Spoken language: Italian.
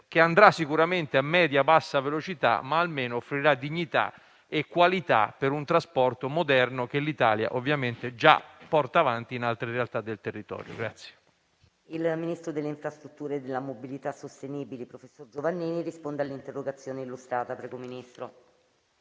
che andrà sicuramente a media-bassa velocità, ma almeno offrirà dignità e qualità per un trasporto moderno che l'Italia già porta avanti in altre realtà del territorio. PRESIDENTE. Il ministro delle infrastrutture e della mobilità sostenibili, professor Giovannini, ha facoltà di rispondere all'interrogazione testé illustrata, per tre